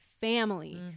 family